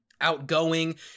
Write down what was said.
outgoing